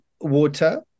water